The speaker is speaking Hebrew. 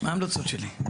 מה ההמלצות שלי?